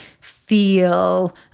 feel